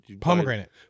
Pomegranate